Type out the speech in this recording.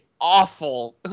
awful